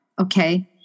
Okay